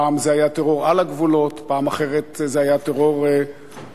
פעם זה היה טרור על הגבולות ופעם זה היה טרור באוויר,